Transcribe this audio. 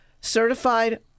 certified